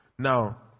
Now